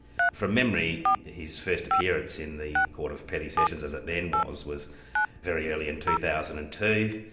from memory, his first appearance in the court of petty sessions, as it then was, was very early in two thousand and two.